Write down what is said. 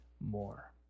more